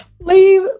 Leave